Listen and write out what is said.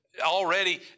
already